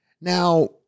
now